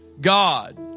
God